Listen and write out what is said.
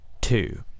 two